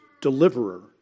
deliverer